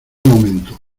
momento